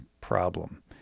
problem